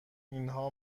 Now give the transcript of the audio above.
اینها